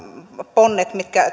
ponnet mitkä